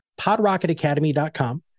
podrocketacademy.com